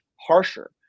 harsher